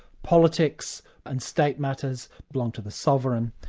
politics and state matters belong to the sovereign.